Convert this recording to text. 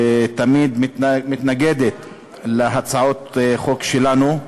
תמיד מתנגדת להצעות החוק שלנו.